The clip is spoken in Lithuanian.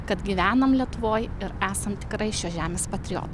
kad gyvenam lietuvoj ir esam tikrai šios žemės patriot